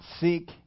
seek